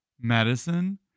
medicine